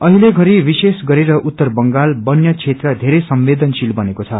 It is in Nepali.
अहिले घरि विषेषगरेर उत्तर बंगाल वन्य क्षेत्र वेरै संवेदनशील बनेको छ